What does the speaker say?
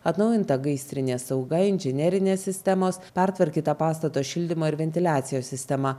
atnaujinta gaisrinė sauga inžinerinės sistemos pertvarkyta pastato šildymo ir ventiliacijos sistema